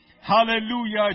Hallelujah